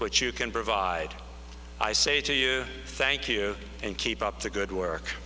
which you can provide i say to you thank you and keep up the good work